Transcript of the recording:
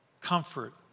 comfort